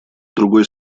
другой